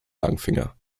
langfinger